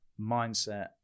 mindset